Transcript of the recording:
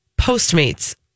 Postmates